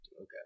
Okay